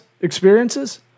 experiences